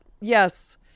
Yes